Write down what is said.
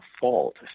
fault